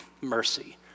Mercy